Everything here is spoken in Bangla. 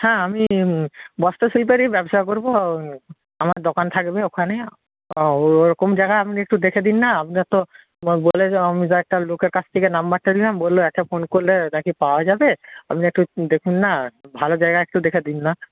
হ্যাঁ আমি বস্ত্র শিল্পেরই ব্যবসা করবো আমার দোকান থাকবে ওখানে ওরকম জায়গায় আপনি একটু দেখে দিন না আপনার তো বলে তো অমুক একটা লোকের কাছ থেকে নাম্বারটা নিলাম বলল একটা ফোন করলে নাকি পাওয়া যাবে আপনি একটু দেখুন না ভালো জায়গা একটু দেখে দিন না